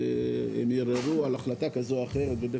שהם ערערו על החלטה כזו או אחרת ובית